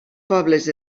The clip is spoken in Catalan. pobles